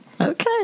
Okay